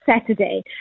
Saturday